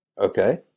okay